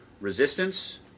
resistance